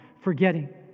forgetting